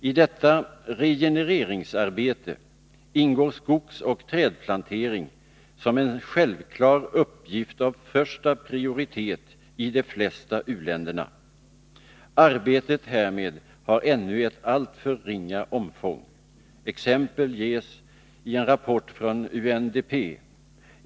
I detta regenereringsarbete ingår skogsoch trädplantering som en självklar uppgift av första prioritet i de flesta u-länderna. Arbetet härmed har ännu ett alltför ringa omfång. Exempel härpå ger en rapport från UNDP.